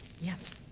Yes